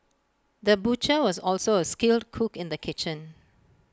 the butcher was also A skilled cook in the kitchen